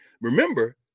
Remember